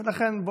ולכן,